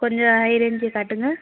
கொஞ்சம் ஹை ரேஞ்ச்ல காட்டுங்கள்